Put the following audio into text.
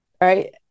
right